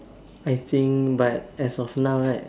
I think but as of now right